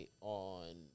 on